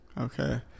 Okay